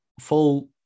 full